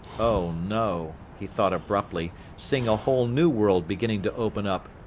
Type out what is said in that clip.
oh no, he thought abruptly, seeing a whole new world beginning to open up,